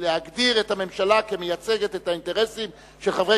להגדיר את הממשלה כמייצגת את האינטרסים של חברי